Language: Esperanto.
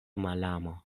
malamo